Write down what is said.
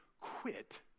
quit